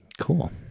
Cool